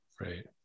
Right